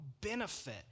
benefit